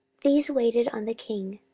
these waited on the king,